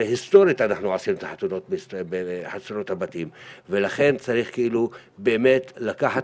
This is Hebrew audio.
הרי היסטורית אנחנו עושים את החתונות בחצרות הבתים ולכן צריך באמת לקחת